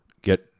get